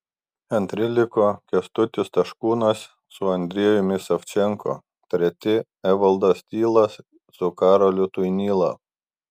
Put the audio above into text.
antri liko kęstutis taškūnas su andrejumi savčenko treti evaldas tylas su karoliu tuinyla